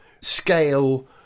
scale